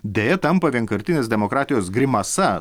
deja tampa vienkartinės demokratijos grimasa